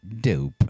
dope